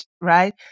right